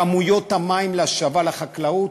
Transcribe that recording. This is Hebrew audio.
בכמויות המים להשבה לחקלאות,